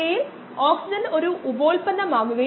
ഓർക്കുക ഇത് ഒരു പ്രധാന പാരാമീറ്ററാണെന്ന് നമ്മൾ പറഞ്ഞു